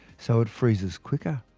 so, it freezes quicker.